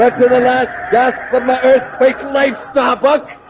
to the last desk from the earthquake life starbuck